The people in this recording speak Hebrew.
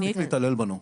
מספיק להתעלל בנו.